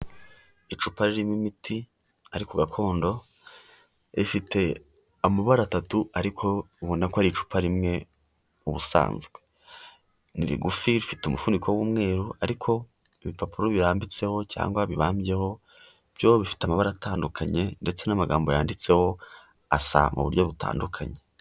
Icupa ririmo imiti ariko gakondo, rifite amabara atatu ariko ubona ko ari icupa rimwe ubusanzwe. Ni rigufi rifite umufuniko w'umweru ariko ibipapuro birambitseho cyangwa bibambyeho byo bifite amabara atandukanye ndetse n'amagambo yanditseho asa mu buryo butandukanye.